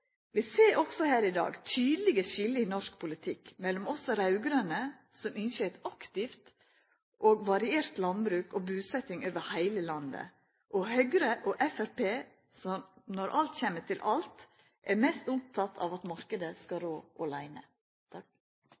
Vi ser også her i dag tydelege skilje i norsk politikk mellom oss raud-grøne, som ynskjer eit aktivt og variert landbruk og busetjing over heile landet, og Høgre og Framstegspartiet, som når alt kjem til alt, er mest opptekne av at marknaden skal rå